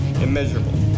immeasurable